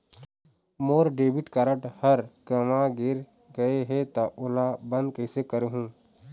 मोर debit card हर गंवा गैर गए हे त ओला बंद कइसे करहूं?